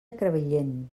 crevillent